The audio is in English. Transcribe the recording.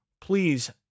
Please